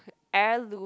heirloom